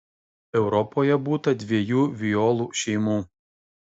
europoje būta dviejų violų šeimų